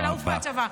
לעוף מהצבא.